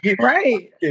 Right